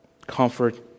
Comfort